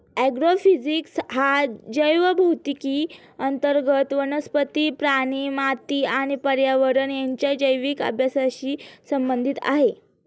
agrophysics हा जैवभौतिकी अंतर्गत वनस्पती, प्राणी, माती आणि पर्यावरण यांच्या जैविक अभ्यासाशी संबंधित आहे